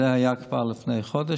זה היה כבר לפני חודש.